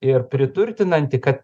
ir priturtinanti kad